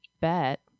bet